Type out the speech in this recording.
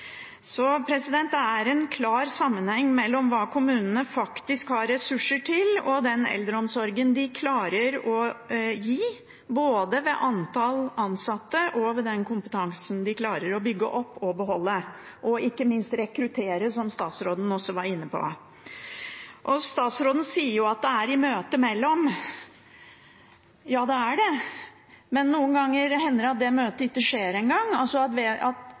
Så det er en klar sammenheng mellom hva kommunene faktisk har ressurser til, og den eldreomsorgen de klarer å gi, både ved antall ansatte og ved den kompetansen de klarer å bygge opp og beholde, og ikke minst rekruttere, noe statsråden også var inne på. Statsråden snakker om møtet mellom helsearbeideren og pasienten. Men noen ganger hender det at det møtet ikke skjer engang, altså at eldre blir liggende uten at